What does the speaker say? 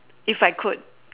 if I could